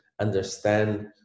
understand